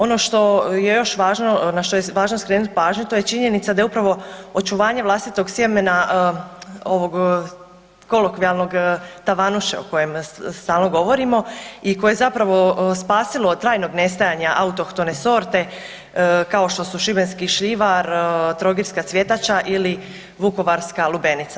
Ono što je još važno na što je važno skrenuti pažnju to je činjenica da je upravo očuvanje vlastitog sjemena ovog kolokvijalnog tavanuše o kojem stalno govorimo i koje je zapravo spasilo od trajnog nestajanja autohtone sorte kao što su šibenski šljivar, trogirska cvjetača ili vukovarska lubenica.